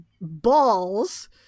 balls